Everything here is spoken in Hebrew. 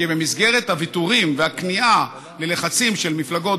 כי במסגרת הוויתורים והכניעה ללחצים של מפלגות,